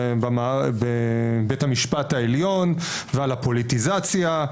בבית המשפט העליון ועל הפוליטיזציה.